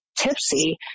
tipsy